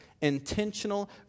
intentional